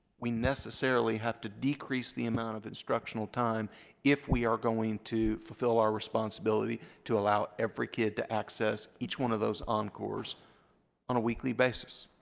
we necessarily had to decrease the amount of instructional time if we are going to fulfill our responsibility to allow every kid to access each one of those encores on a weekly basis.